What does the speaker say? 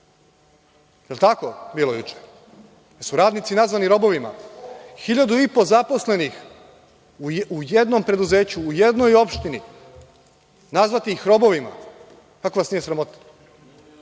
li tako Milojičiću? Jesu li radnici nazivani robovima? Hiljadu i po zaposlenih u jednom preduzeću u jednoj opštini nazvati ih robovima, kako vas nije sramota?